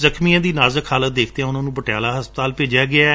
ਜ਼ਖ਼ਮੀਆਂ ਦੀ ਨਾਜੂਕ ਹਾਲਤ ਦੇਖਦਿਆਂ ਉਨ੍ਹਾਂ ਨੂੰ ਪਟਿਆਲਾ ਹਸਪਤਾਲ ਵਿਚ ਭੇਜਿਆ ਗਿਐ